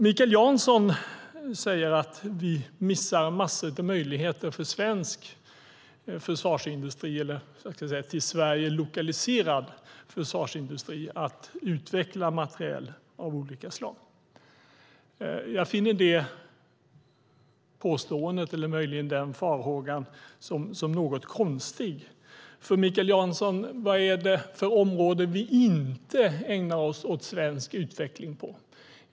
Mikael Jansson säger att vi missar massor av möjligheter för till Sverige lokaliserad försvarsindustri att utveckla materiel av olika slag. Jag finner det påståendet eller möjligen den farhågan något konstig. Inom vilka områden, Mikael Jansson, ägnar vi oss inte åt svensk utveckling?